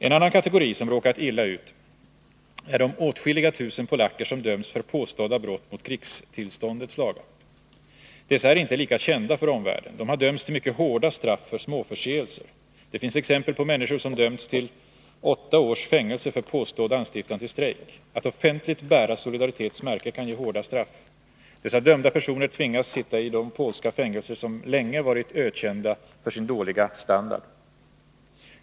En annan kategori som råkat illa ut är de åtskilliga tusen polacker som dömts för påstådda brott mot krigstillståndets lagar. Dessa är inte lika kända för omvärlden. De har dömts till mycket hårda straff för småförseelser. Det finns exempel på människor som dömts till åtta års fängelse för påstådd anstiftan till strejk. Att offentligt bära Solidaritets märke kan ge hårda straff. Dessa dömda personer tvingas sitta i de polska fängelser som länge varit ökända för sin dåliga standard.